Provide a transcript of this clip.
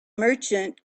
merchant